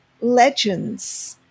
legends